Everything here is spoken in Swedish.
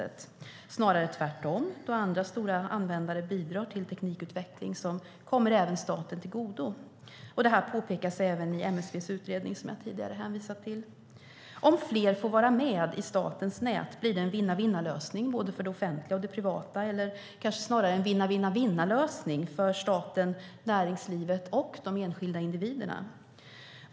Det är snarare tvärtom, då andra stora användare bidrar till teknikutveckling som även kommer staten till godo. Detta påpekas även i MSB:s utredning som jag tidigare hänvisat till. Om fler får vara med i statens nät blir det en vinna-vinna-lösning både för det offentliga och det privata eller kanske snarare en vinna-vinna-vinna-lösning för staten, näringslivet och de enskilda individerna.